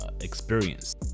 experience